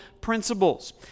principles